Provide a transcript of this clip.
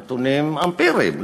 נתונים אמפיריים,